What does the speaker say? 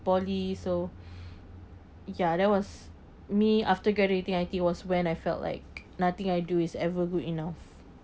poly so ya that was me after graduating I keep was when I felt like nothing I do is ever good enough